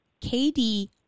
KD